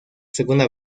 segunda